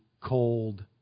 cold